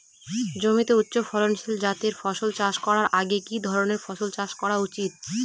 জমিতে উচ্চফলনশীল জাতের ফসল চাষ করার আগে কি ধরণের ফসল চাষ করা উচিৎ?